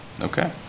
okay